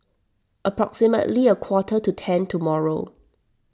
approximately a quarter to ten tomorrow